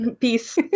Peace